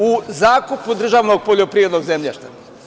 U zakupu državnog poljoprivrednog zemljišta.